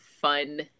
fun